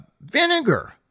Vinegar